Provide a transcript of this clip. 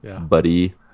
buddy